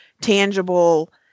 tangible